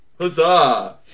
Huzzah